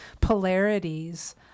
polarities